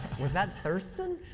was that thurston?